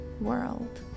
world